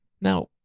Now